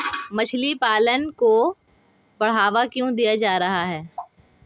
मछली पालन को बढ़ावा क्यों दिया जा रहा है?